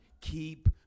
Keep